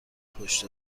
پشت